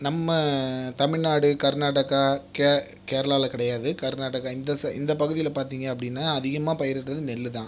நம்ம தமிழ்நாடு கர்நாடகா கேரளாவில் கிடையாது கர்நாடகா இந்த சைடு இந்த பகுதியில் பார்த்திங்க அப்படின்னா அதிகமாக பயிரிடுகிறது நெல் தான்